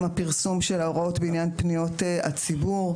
גם הפרסום של ההוראות בעניין פניות הציבור.